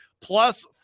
plus